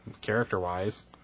Character-wise